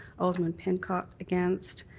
alderman pincott against,